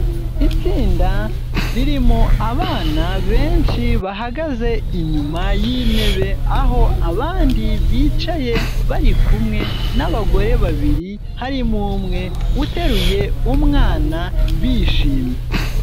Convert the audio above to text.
Itsinda ririmo abana benshi bahagaze inyuma y'intebe, aho abandi bicaye bari kumwe n'abagore babiri, harimo umwe uteruye umwana bishimye.